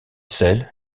celle